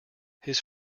his